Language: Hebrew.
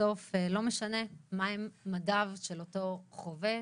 בסוף לא משנה מהם מדיו של אותו חובש,